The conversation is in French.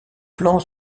plans